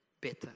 better